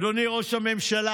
אדוני ראש הממשלה,